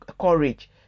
courage